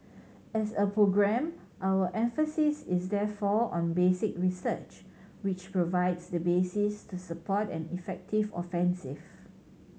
as a programme our emphasis is therefore on basic research which provides the basis to support an effective offensive